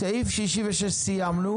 סעיף 66 סיימנו,